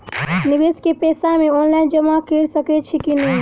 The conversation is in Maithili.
निवेश केँ पैसा मे ऑनलाइन जमा कैर सकै छी नै?